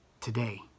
today